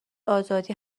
آزادی